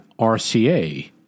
RCA